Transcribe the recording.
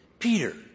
Peter